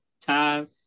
time